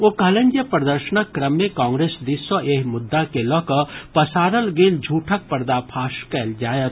ओ कहलनि जे प्रदर्शनक क्रम मे कांग्रेस दिस सँ एहि मुद्दा के लऽ कऽ पसारल गेल झूठक पर्दाफाश कयल जायत